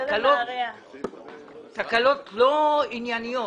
תקלות לא ענייניות.